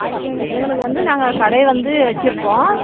egg எங்களுக்கு வந்து நாங்கள் கடையை வந்து வச்சுருக்கோம்